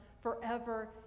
forever